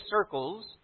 circles